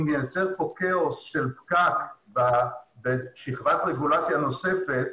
אם ניצור פה כאוס ופקק בשכבת רגולציה נוספת,